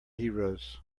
heroes